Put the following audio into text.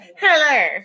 Hello